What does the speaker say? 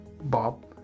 Bob